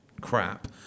crap